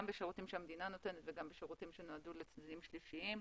גם בשירותים שהמדינה נותנת וגם בשירותים שנועדו לצדדים שלישיים.